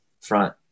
front